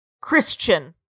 Christian